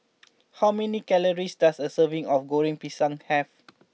how many calories does a serving of Goreng Pisang have